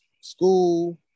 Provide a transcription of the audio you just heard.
school